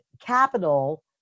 capital